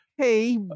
hey